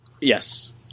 Yes